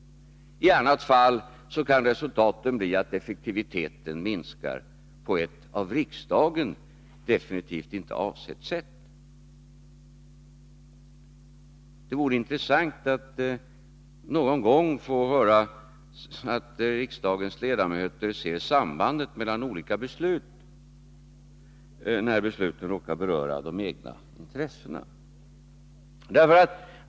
I annat fall kan resultaten bli att effektiviteten minskar på ett av riksdagen absolut inte avsett sätt. Det vore intressant att någon gång få höra att riksdagens ledamöter ser sambandet mellan olika beslut, när besluten råkar beröra de egna intressena.